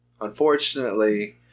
Unfortunately